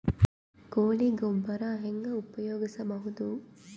ಕೊಳಿ ಗೊಬ್ಬರ ಹೆಂಗ್ ಉಪಯೋಗಸಬಹುದು?